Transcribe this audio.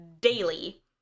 daily